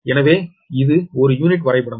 எனவே இது ஒரு யூனிட் வரைபடம்